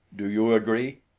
do you agree?